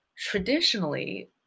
traditionally